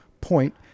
point